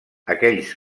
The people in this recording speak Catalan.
aquells